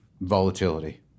volatility